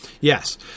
Yes